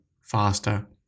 faster